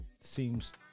seems